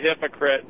hypocrite